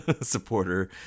supporter